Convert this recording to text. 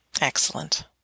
Excellent